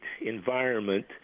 environment